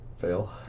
Fail